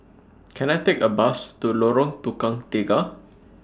Can I Take A Bus to Lorong Tukang Tiga